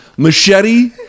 machete